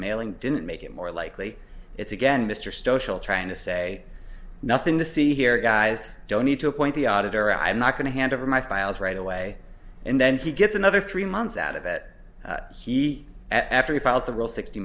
mailing didn't make it more likely it's again mr stone trying to say nothing to see here guys don't need to appoint the auditor i'm not going to hand over my files right away and then he gets another three months out of it he after he filed the rule sixty